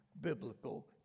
Biblical